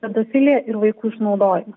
pedofilija ir vaikų išnaudojimas